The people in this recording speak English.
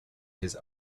his